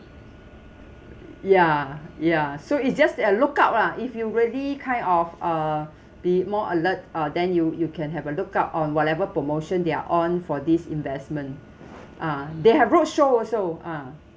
ya ya so it's just a lookout lah if you really kind of uh be more alert ah then you you can have a lookout on whatever promotion that are on for these investment ah they have roadshow also ah